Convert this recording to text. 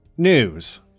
news